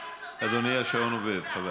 אדוני, השעון עובד, חבל.